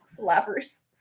Slappers